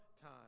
time